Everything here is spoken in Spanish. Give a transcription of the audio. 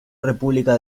república